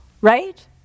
right